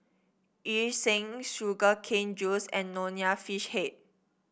Yu Sheng Sugar Cane Juice and Nonya Fish Head